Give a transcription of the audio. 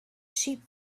sheep